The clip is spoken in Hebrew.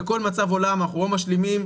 בכל מצב עולם אנחנו או משלימים,